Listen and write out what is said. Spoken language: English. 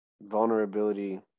vulnerability